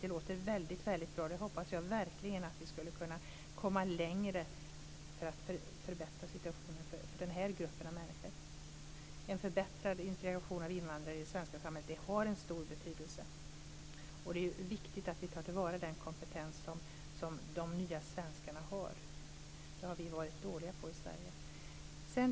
Det låter väldigt bra. Där hoppas jag verkligen att vi skulle kunna komma längre för att förbättra situationen för den gruppen av människor. En förbättrad integration av invandrare i det svenska samhället har en stor betydelse. Det är viktigt att vi tar till vara den kompetens som de nya svenskarna har. Det har vi varit dåliga på i Sverige.